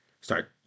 start